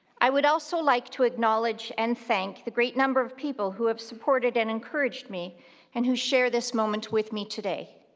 i would also like to acknowledge and thank the great number of people who have supported and encouraged me and who share this moment with me today,